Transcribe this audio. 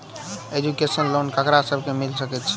Education loan ककरा सब केँ मिल सकैत छै?